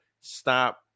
stop